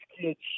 kids